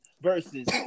versus